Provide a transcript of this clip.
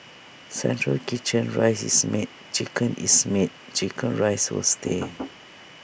central kitchen rice is made chicken is made Chicken Rice will stay